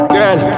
Girl